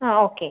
ആ ഓക്കെ